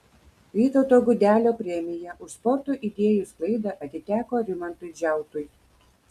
vytauto gudelio premija už sporto idėjų sklaidą atiteko rimantui džiautui